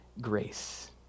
grace